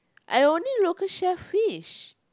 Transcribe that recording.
I only local shellfish